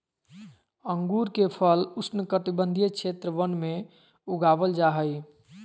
अंगूर के फल उष्णकटिबंधीय क्षेत्र वन में उगाबल जा हइ